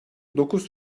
dokuz